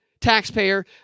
taxpayer